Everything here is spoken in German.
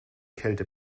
kälte